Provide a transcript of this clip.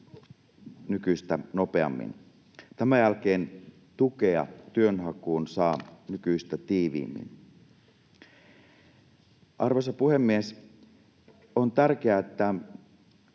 nykyistä nopeammin. Tämän jälkeen tukea työnhakuun saa nykyistä tiiviimmin. Arvoisa puhemies! On tärkeää, että